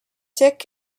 sick